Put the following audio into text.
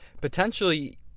Potentially